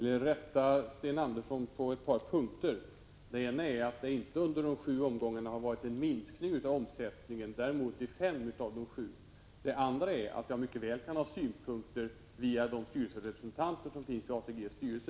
Fru talman! Jag vill rätta Sten Andersson i Malmö på ett par punkter. Det har inte varit en minskning av omsättningen under sju veckor, däremot i fem av de sju. Dessutom kan mycket väl synpunkter på radpriset framföras av de statliga representanter som finns i ATG:s styrelse.